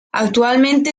actualmente